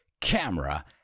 camera